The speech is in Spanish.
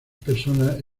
personas